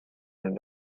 and